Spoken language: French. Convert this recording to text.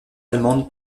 allemande